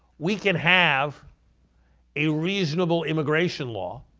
we can have a reasonable immigration law